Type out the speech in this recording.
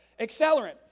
accelerant